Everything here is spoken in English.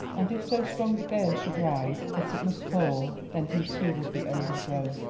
and if so strong a gale should rise that it must fall, then he too would be overthrown.